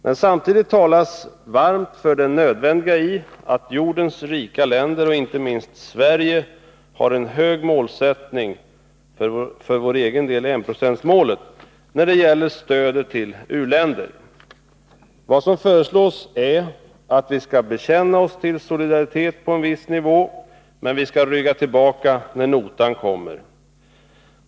Men samtidigt talas det varmt för det nödvändiga i att jordens rika länder, och inte minst Sverige, har en hög målsättning — för vår egen del enprocentsmålet — när det gäller stödet till u-länder. Vad som föreslås är att vi skall bekänna oss till solidaritet på en viss nivå, men vi skall rygga tillbaka när notan kommer.